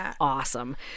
awesome